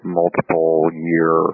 multiple-year